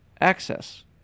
access